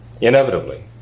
inevitably